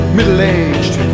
Middle-aged